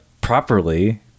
properly